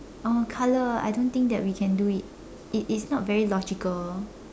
oh color I don't think that we can do it it is not very logical